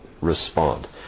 respond